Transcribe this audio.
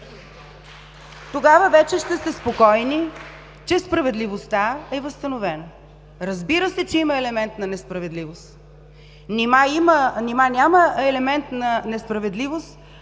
Тогава вече ще сте спокойни, че справедливостта е възстановена. Разбира се, че има елемент на несправедливост. Нима няма елемент на несправедливост,